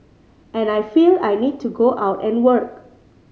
and I feel I need to go out and work